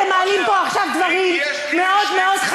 אתם מעלים פה עכשיו דברים חמורים מאוד מאוד.